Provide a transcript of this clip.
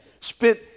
spent